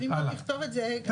אבל אם אנחנו נכתוב את זה --- די,